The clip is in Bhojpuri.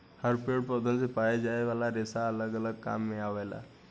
हर पेड़ पौधन से पाए जाये वाला रेसा अलग अलग काम मे आवेला